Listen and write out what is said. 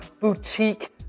boutique